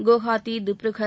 Guwahati Dibrugarh